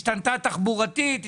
השתנתה תחבורתית,